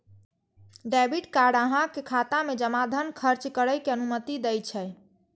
debit card अहांक खाता मे जमा धन खर्च करै के अनुमति दै छै